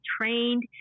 trained